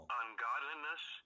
ungodliness